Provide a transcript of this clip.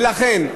ולכן,